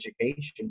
education